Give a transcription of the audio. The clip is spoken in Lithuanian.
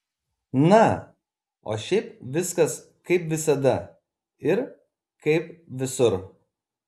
na o šiaip viskas kaip visada ir kaip visur